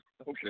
Okay